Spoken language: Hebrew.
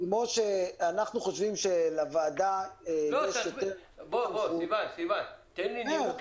כמו שאנחנו חושבים שלוועדה יש --- תן לי נימוק